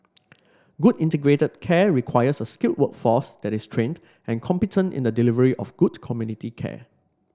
good integrated care requires a skilled workforce that is trained and competent in the delivery of good community care